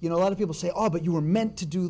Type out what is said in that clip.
you know a lot of people say ah but you were meant to do